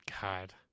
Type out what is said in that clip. god